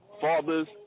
fathers